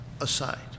aside